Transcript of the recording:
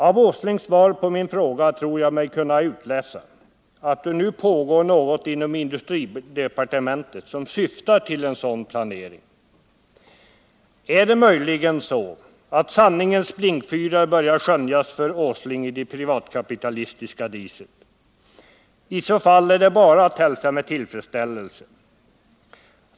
Av Nils Åslings svar på min fråga tror jag mig kunna utläsa att det nu pågår något inom industridepartementet, som syftar till en sådan planering. Är det verkligen så att sanningens blinkfyrar börjar skönjas i det privatkapitalistiska diset för Nils Åsling? I så fall är det bara att hälsa med tillfredsställelse.